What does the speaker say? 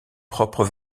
propres